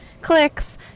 clicks